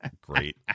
great